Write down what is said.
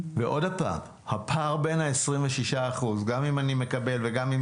הפער בין ה-26% גם אם אני מקבל וגם אם